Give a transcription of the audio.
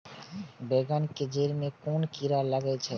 बेंगन के जेड़ में कुन कीरा लागे छै?